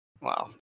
Wow